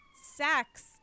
sex